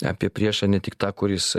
apie priešą ne tik tą kuris